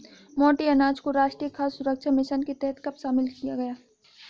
मोटे अनाज को राष्ट्रीय खाद्य सुरक्षा मिशन के तहत कब शामिल किया गया?